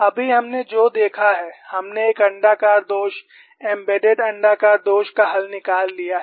अभी हमने जो देखा है हमने एक अण्डाकार दोष एम्बेडेड अण्डाकार दोष का हल निकाल लिया है